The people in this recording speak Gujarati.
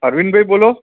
અરવિંદ ભઇ બોલો